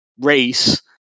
Race